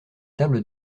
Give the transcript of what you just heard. tables